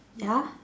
ya